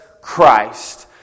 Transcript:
Christ